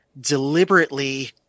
deliberately